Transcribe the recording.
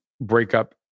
breakup